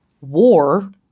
war